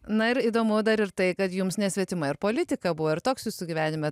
na ir įdomu dar ir tai kad jums nesvetima ir politika buvo ir toks jūsų gyvenime